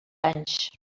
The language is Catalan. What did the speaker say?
anys